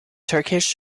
turkish